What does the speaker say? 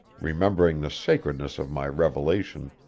remembering the sacredness of my revelation,